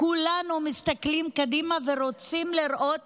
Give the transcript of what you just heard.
כולנו מסתכלים קדימה ורוצים לראות